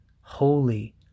holy